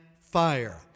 fire